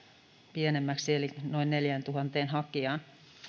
pienemmäksi eli noin neljääntuhanteen hakijaan